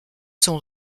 sont